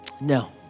No